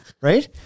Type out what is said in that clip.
Right